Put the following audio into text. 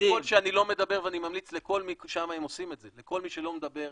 ואני ממליץ לכל מי שלא מדבר,